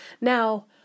Now